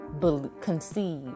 conceive